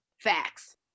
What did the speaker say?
Facts